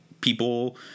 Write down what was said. people